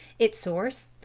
its source,